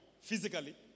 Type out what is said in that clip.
physically